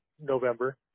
November